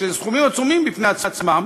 שאלה סכומים עצומים בפני עצמם,